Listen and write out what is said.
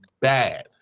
bad